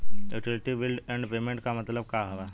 Utility bills and payments क मतलब का बा?